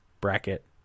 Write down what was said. bracket